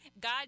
God